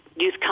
Youth